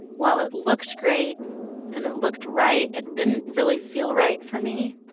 while it looked great and it looked right, it didn't really feel right for me.